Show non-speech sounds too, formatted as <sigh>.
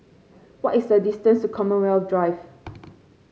what is the distance to Commonwealth Drive <noise>